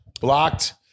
Blocked